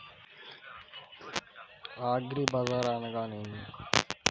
అగ్రిబజార్ అనగా నేమి?